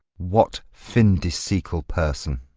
what fin-de-siecle person?